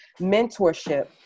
mentorship